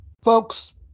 Folks